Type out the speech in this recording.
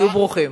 היו ברוכים.